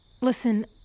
Listen